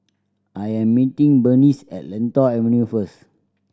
I am meeting Bernice at Lentor Avenue first